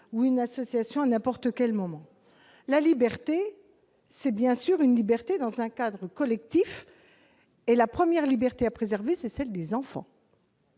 ou association, à n'importe quel moment ? La liberté, c'est, bien sûr, une liberté dans un cadre collectif. Par ailleurs, la première liberté à préserver, c'est celle des enfants.